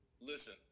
Listen